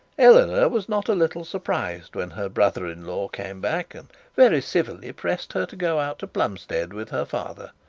eleanor was not a little surprised when her brother-in-law came back and very civilly pressed her to go out to plumstead with her father.